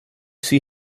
see